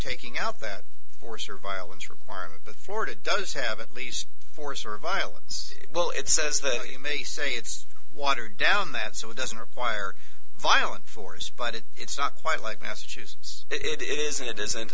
taking out that force or violence requirement that florida does have at least force or violence well it says the you may say it's watered down that so it doesn't require violent force but it's not quite like massachusetts it is and it isn't